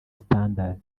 standard